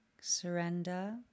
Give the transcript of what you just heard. Surrender